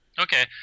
Okay